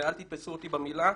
ואל תתפסו אותי במילה,